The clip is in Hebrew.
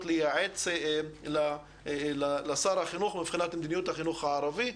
לייעץ לשר החינוך מבחינת מדיניות החינוך הערבי.